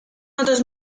otros